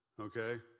okay